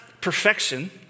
perfection